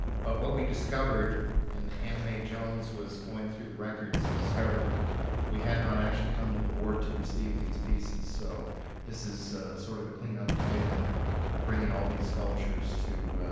but what we discovered and anna mae jones was going through the records and discovered that we had not actually come to the board to receive these pieces. so this is a sort of a clean up item of bringing all these sculptures to